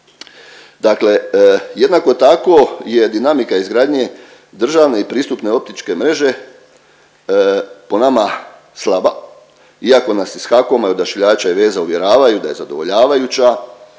Dakle, jednako tako je dinamika izgradnje državne i pristupne optičke mreže po nama slaba iako nas iz HAKOM-a i Odašiljača i veza uvjeravaju da je zadovoljavajuća